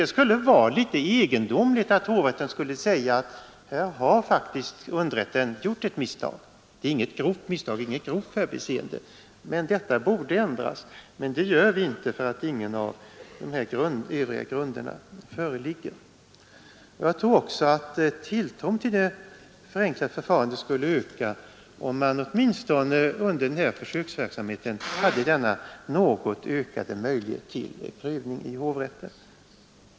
Det skulle vara egendomligt om hovrätten skulle säga: Här har faktiskt underrätten gjort ett misstag, visserligen inte ett grovt misstag eller ett grovt förbiseende, och underrättens dom borde ändras, men det gör vi inte därför att ingen av de övriga grunderna föreligger. Tilltron till det enklare förfarandet skulle öka om man åtminstone under försöksverksamheten hade denna något ökade möjlighet till prövning i hovrätten.